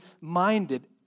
minded